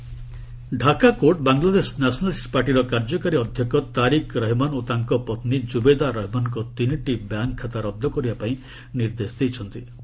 BNP account Dhaka court Bangladesh nationalist ପାର୍ଟିର କାର୍ଯ୍ୟକାରୀ ଅଧ୍ୟକ୍ଷ ତାରିକ ରେହମାନ ଓ ତାଙ୍କ ପତ୍ନୀ ଜୁବୈଦା ରହମନଙ୍କ ତିନିଟି ବ୍ୟାଙ୍କ ଖାତା ରବ୍ଦ କରିବା ପାଇଁ ନିର୍ଦ୍ଦେଶ ଦେଇଛ୍ତି